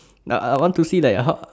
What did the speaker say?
nah I I want to see like how